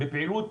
זאת פעילות